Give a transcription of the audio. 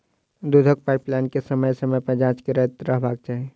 दूधक पाइपलाइन के समय समय पर जाँच करैत रहबाक चाही